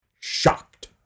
shocked